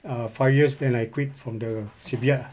uh five years then I quit from the shipyard ah